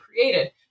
created